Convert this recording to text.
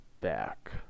back